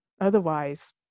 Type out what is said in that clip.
Otherwise